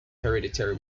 hereditary